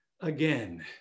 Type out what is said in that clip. again